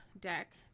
deck